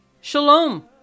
shalom